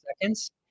seconds